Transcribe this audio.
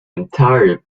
entire